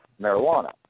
marijuana